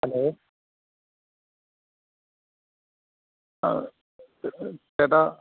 hello ചേട്ടാ